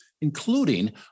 including